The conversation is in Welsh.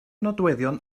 nodweddion